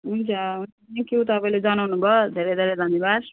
हुन्छ thank you तपाईँले जनाउनुभयो धेरै धेरै धन्यवाद